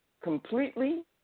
completely